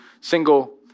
single